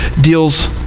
deals